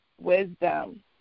wisdom